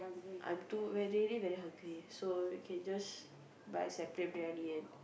I'm too really very hungry so you can just buy separate briyani and